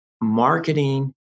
marketing